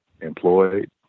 employed